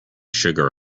sugar